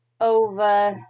over